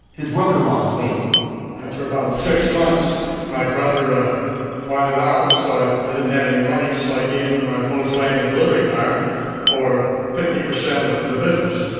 his brother lost faith after about six months my brother ah wandered outside. i didn't have a money, so i gave him my volkswagen delivery car for fifty percent of the business.